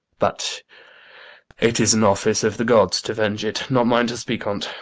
but it is an office of the gods to venge it, not mine to speak on't.